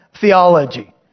theology